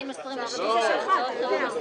אתם עושים את זה כדי שלא נוכל להבין כלום.